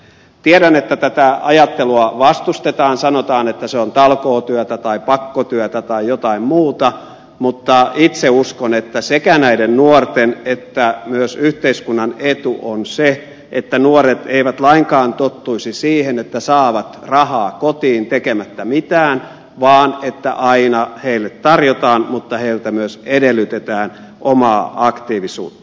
tiedän että tätä ajattelua vastustetaan sanotaan että se on talkootyötä tai pakkotyötä tai jotain muuta mutta itse uskon että sekä näiden nuorten että myös yhteiskunnan etu on se että nuoret eivät lainkaan tottuisi siihen että saavat rahaa kotiin tekemättä mitään vaan että aina heille tarjotaan mutta heiltä myös edellytetään omaa aktiivisuutta